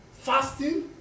fasting